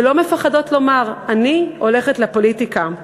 ולא מפחדות לומר: אני הולכת לפוליטיקה.